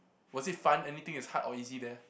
was it fun anything is hard or easy there